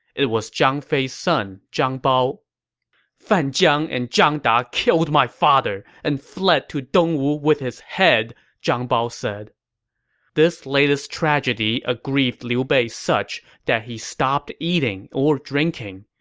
it was zhang fei's son, zhang bao fan jiang and zhang da killed my father and fled to dongwu with his head! zhang bao said this latest tragedy aggrieved liu bei such that he stopped eating or drinking.